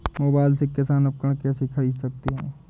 Mobile से किसान उपकरण कैसे ख़रीद सकते है?